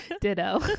Ditto